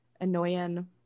annoying